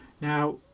Now